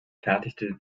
fertigte